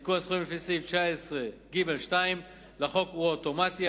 עדכון הסכומים לפי סעיף 19(ג)(2) לחוק הוא אוטומטי,